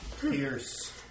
pierce